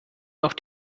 noch